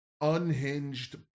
unhinged